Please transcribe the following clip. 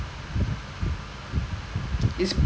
but oh because the guy pull his head from behind